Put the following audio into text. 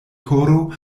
koro